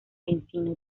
encino